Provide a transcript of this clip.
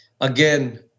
again